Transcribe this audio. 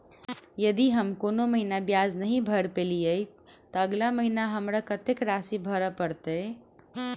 यदि हम कोनो महीना ब्याज नहि भर पेलीअइ, तऽ अगिला महीना हमरा कत्तेक राशि भर पड़तय?